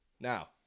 Now